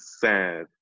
sad